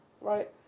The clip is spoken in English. right